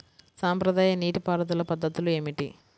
సాంప్రదాయ నీటి పారుదల పద్ధతులు ఏమిటి?